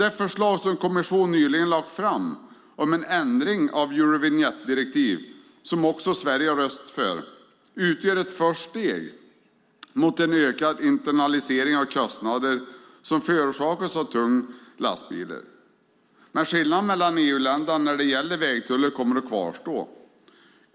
Det förslag som kommissionen nyligen lagt fram om en ändring av eurovinjettdirektivet som också Sverige har röstat för, utgör ett första steg mot en ökad internalisering av kostnader som förorsakas av tunga lastbilar. Men skillnaderna mellan EU-länderna när det gäller vägtullar kommer att kvarstå.